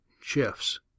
chefs